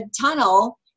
tunnel